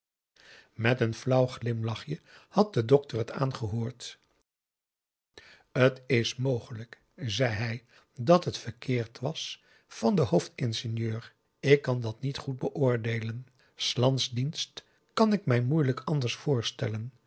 met een flauw glimlachje had de dokter het aangehoord t is mogelijk zei hij dat het verkeerd was van den hoofdingenieur ik kan dat niet goed beoordeelen s lands dienst kan ik mij moeilijk anders voorstellen